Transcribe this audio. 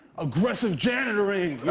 aggressive janitoring.